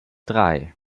drei